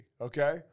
Okay